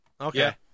Okay